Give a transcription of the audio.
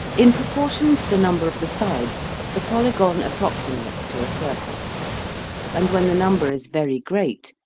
in proportion to the number of the sides the polygon approxi mates to a circle and, when the number is very great,